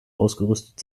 ausgerüstet